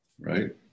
right